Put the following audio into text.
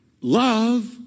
love